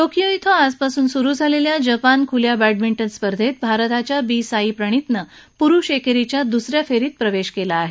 Tokyo िििआजपासून सुरू झालेल्या जपान खुल्या बह्यमिट्ड स्पर्धेत भारताच्या बी साई प्रणितन प्रिुष एकेरीच्या दुसऱ्या फेरीत प्रवेश केला आहे